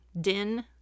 Din